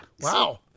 Wow